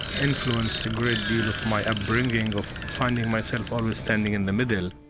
influenced a great deal of my upbringing of finding myself always standing in the middle